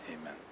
Amen